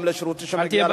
גם לשירות שמגיע להם.